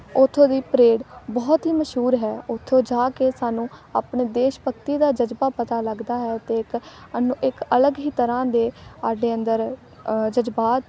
ਉੱਥੋਂ ਦੀ ਪਰੇਡ ਬਹੁਤ ਹੀ ਮਸ਼ਹੂਰ ਹੈ ਉੱਥੋਂ ਜਾ ਕੇ ਸਾਨੂੰ ਆਪਣੇ ਦੇਸ਼ ਭਗਤੀ ਦਾ ਜਜ਼ਬਾ ਪਤਾ ਲੱਗਦਾ ਹੈ ਅਤੇ ਇੱਕ ਸਾਨੂੰ ਇੱਕ ਅਲੱਗ ਹੀ ਤਰ੍ਹਾਂ ਦੇ ਸਾਡੇ ਅੰਦਰ ਜਜ਼ਬਾਤ